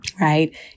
Right